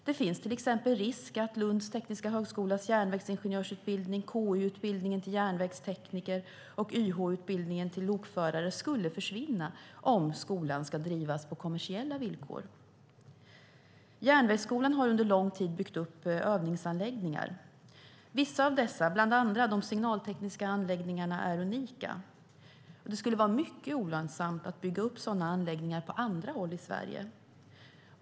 Det finns till exempel risk att Lunds Tekniska Högskolas järnvägsingenjörsutbildning, KY-utbildningen till järnvägstekniker och YH-utbildningen till lokförare försvinner om skolan ska drivas på kommersiella villkor. Järnvägsskolan har under lång tid byggt övningsanläggningar. Vissa av dessa, bland annat de signaltekniska anläggningarna, är unika. Det skulle vara mycket olönsamt att bygga sådana anläggningar på andra håll i Sverige.